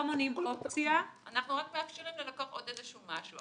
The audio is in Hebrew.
האפליקציה אנחנו רק מאפשרים ללקוח עוד איזה משהו.